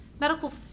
medical